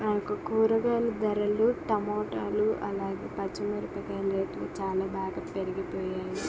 మనకు కూరగాయలు ధరలు టొమాటోలు అలాగే పచ్చి మిరపకాయల రేట్లు చాలా బాగా పెరిగిపోయాయి